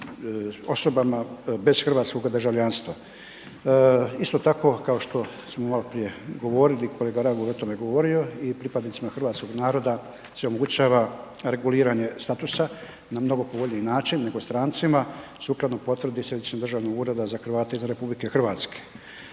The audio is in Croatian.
osobama bez hrvatskog državljanstva. Isto tako kao što maloprije govorili, kolega Raguž je o tome govorio i pripadnicima hrvatskog naroda se omogućava reguliranje statusa na mnogo povoljniji način nego strancima sukladno potrebi Središnjeg državnog ureda za Hrvate izvan RH.